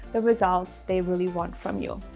the results they really want from you.